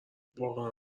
واقعا